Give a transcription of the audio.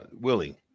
Willie